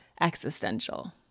existential